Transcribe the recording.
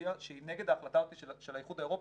הודיעה שהיא נגד ההחלטה הזאת של האיחוד האירופי,